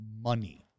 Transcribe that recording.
money